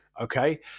Okay